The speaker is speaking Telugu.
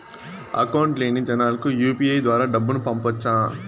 అకౌంట్ లేని జనాలకు యు.పి.ఐ ద్వారా డబ్బును పంపొచ్చా?